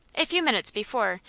a few minutes before,